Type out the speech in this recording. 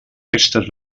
restes